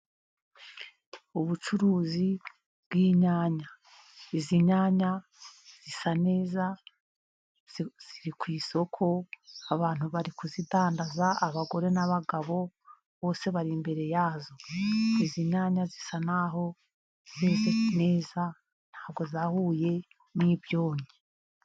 Ubucuruzi bw'inyanya, izi nyanya zisa neza ziri ku isoko, abantu bari kuzidandaza, abagore n'abagabo bose bari imbere yazo. Izi nyanya zisa n'aho zeze neza, ntabwo zahuye n'ibyonyi.